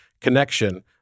connection